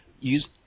use